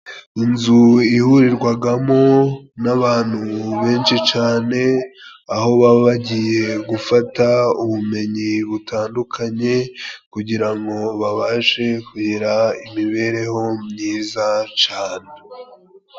Inzu ihurirwagamo n'abantu benshi cane aho baba bagiye gufata ubumenyi butandukanye kugira ngo babashe kugira imibereho myiza cane.